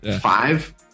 five